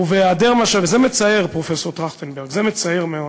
זה מצער, פרופסור טרכטנברג, זה מצער מאוד,